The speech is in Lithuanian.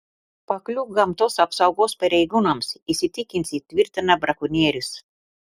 pakliūk gamtos apsaugos pareigūnams įsitikinsi tvirtina brakonierius